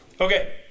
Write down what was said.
Okay